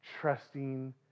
trusting